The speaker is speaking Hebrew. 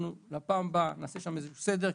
בפעם הבאה נעשה שם סדר.